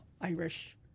Irish